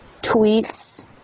tweets